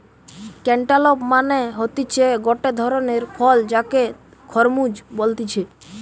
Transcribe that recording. cantaloupe মানে হতিছে গটে ধরণের ফল যাকে খরমুজ বলতিছে